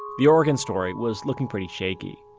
the oregon story was looking pretty shaky.